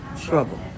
trouble